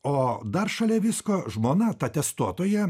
o dar šalia visko žmona ta testuotoja